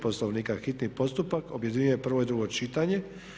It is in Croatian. Poslovnika hitni postupak objedinjuje prvo i drugo čitanje.